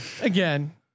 again